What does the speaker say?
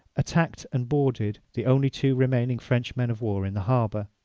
attacked and boarded the only two remaining french men of war in the harbour.